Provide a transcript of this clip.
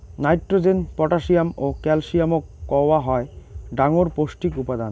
nitrogen, potassium ও ক্যালসিয়ামক কওয়া হই ডাঙর পৌষ্টিক উপাদান